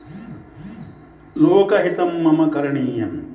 लोकहितं मम करणीयं